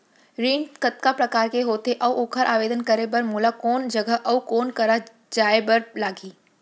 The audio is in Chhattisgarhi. ऋण कतका प्रकार के होथे अऊ ओखर आवेदन करे बर मोला कोन जगह अऊ कोन करा जाए बर लागही?